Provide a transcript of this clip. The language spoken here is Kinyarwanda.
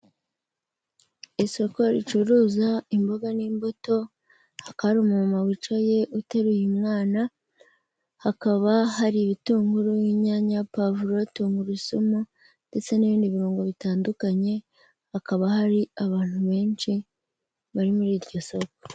Isoko ricuruza imboga n'imbuto hakaba hari umumama wicaye uteruye umwana, hakaba hari ibitunguru n'inyanya, pavuro, tungurusumu ndetse n'ibindi birungo bitandukanye, hakaba hari abantu benshi bari muri iryo soko.